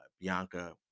Bianca